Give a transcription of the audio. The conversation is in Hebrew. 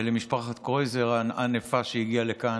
ולמשפחת קרויזר הענפה שהגיעה לכאן,